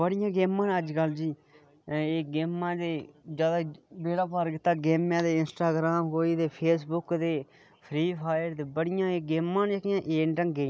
बड़ियां गेमां न अज कल एह् गेमां ते जैदा बेड़ा पार कीता गेमें ते इंस्टाग्राम ते फेसबुक ते फ्री फायर ते बड़ियां न ते एह् गेमां जेह्कियां एह् नीं ढंगै दियां